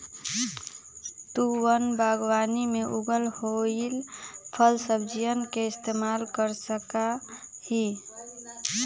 तु वन बागवानी में उगल होईल फलसब्जियन के इस्तेमाल कर सका हीं